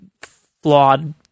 flawed